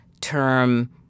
term –